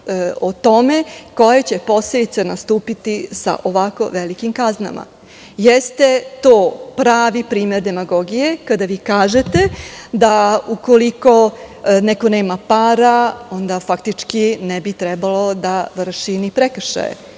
o tome koja će posledica nastupiti sa ovako velikim kaznama. Jeste to pravi primer demagogije, kada vi kažete da, ukoliko neko nema para, onda faktički ne bi trebalo da vrši ni prekršaje.